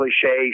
cliche